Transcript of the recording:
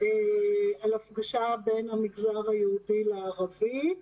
על הפגשה בין המגזר היהודי לערבי.